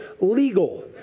legal